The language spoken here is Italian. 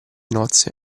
nozze